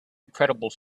incredible